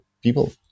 people